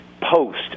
post